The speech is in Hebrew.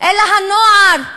אלא הנוער,